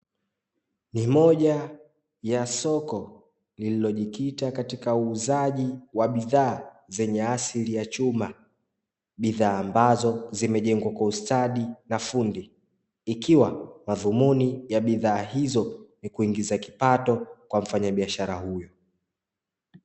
Ni moja ya soko lililojikita katika uuzaji wa bidhaa zenye asili ya chuma, bidhaa ambazo zimejengwa kwa ustadi na fundi, ikiwa madhumuni ya bidhaa hizo ni kuingiza kipato kwa mfanyabiashara huyu.